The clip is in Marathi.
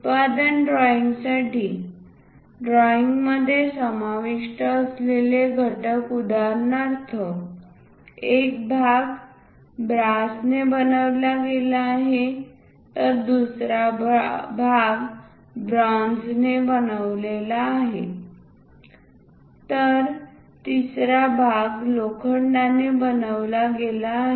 उत्पादन ड्रॉईंग साठी ड्रॉईंगमध्ये समाविष्ट असलेले घटक उदाहरणार्थ एक भाग ब्रासने बनविला गेला आहे तर दुसरा भाग ब्रॉन्झने बनविला गेला आहे तर तिसरा भाग लोखंडाने बनवला गेला आहे